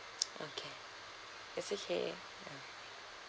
okay it's okay